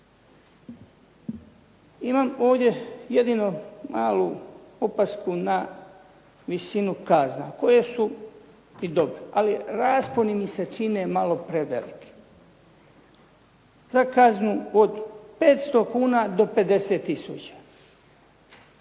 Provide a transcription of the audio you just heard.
Imam ovdje jedino malu opasku na visinu kazna koje su i dobre, ali rasponi mi se čine malo preveliki za kaznu od 500 kuna do 50 000.